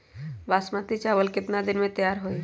बासमती चावल केतना दिन में तयार होई?